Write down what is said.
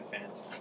fans